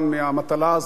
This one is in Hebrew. מהמטלה הזאת,